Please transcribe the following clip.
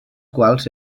quals